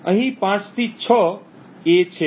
અહીં પાંચથી છ A છે